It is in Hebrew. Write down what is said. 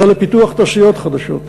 אלא לפיתוח תעשיות חדשות,